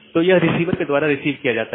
तो यह रिसीवर के द्वारा रिसीव किया जाता है